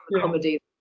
comedy